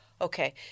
Okay